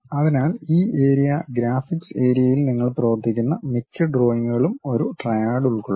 അതിനാൽ ഈ area graphics ഏരിയയിൽ നിങ്ങൾ പ്രവർത്തിക്കുന്ന മിക്ക ഡ്രോയിംഗുകളും ഒരു ട്രയാഡ് ഉൾക്കൊള്ളുന്നു